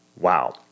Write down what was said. wow